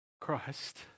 Christ